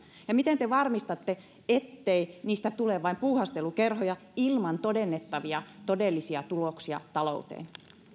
ja miten te varmistatte ettei kokeiluista tule vain puuhastelukerhoja ilman todennettavia todellisia tuloksia talouteen